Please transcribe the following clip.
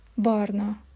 barna